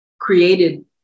created